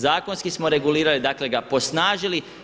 Zakonski smo regulirali, dakle ga posnažili.